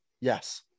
Yes